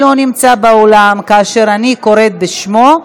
מי שלא נמצא באולם כאשר אני קוראת בשמו,